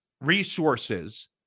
Resources